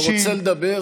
אתה רוצה לדבר,